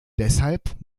deshalb